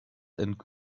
and